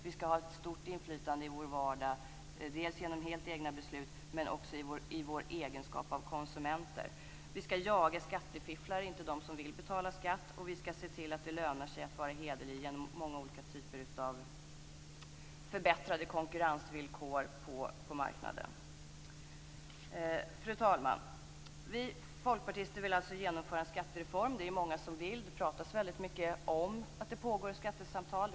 Vi skall ha ett stort inflytande i vår vardag genom helt egna beslut men också i vår egenskap av konsumenter. Vi skall jaga skattefifflare, inte de som vill betala skatt, och vi skall se till att det lönar sig att vara hederlig genom många typer av förbättrade konkurrensvillkor på marknaden. Fru talman! Vi folkpartister vill alltså genomföra en skattereform. Det är det många som vill. Det talas väldigt mycket om att det pågår skattesamtal.